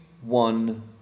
one